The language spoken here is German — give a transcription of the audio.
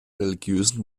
religiösen